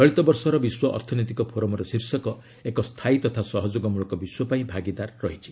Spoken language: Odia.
ଚଳିତ ବର୍ଷର ବିଶ୍ୱ ଅର୍ଥନୈତିକ ଫୋରମ୍ର ଶୀର୍ଷକ ଏକ ସ୍ଥାୟୀ ତଥା ସହଯୋଗମଳକ ବିଶ୍ୱପାଇଁ ଭାଗିଦାର ରହିଛି